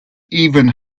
even